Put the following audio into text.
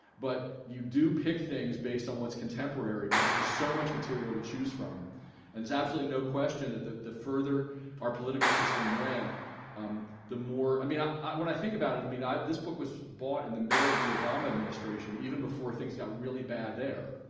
but you do pick things based on what's contemporary because there's so much material to choose from and it's absolutely no question that the the further our political system when the more i mean i when i think about it i mean this book was bought in the middle of the obama administration even before things got really bad there.